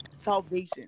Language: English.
salvation